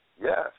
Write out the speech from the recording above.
Yes